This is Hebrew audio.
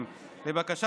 בפרק ב'